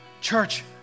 Church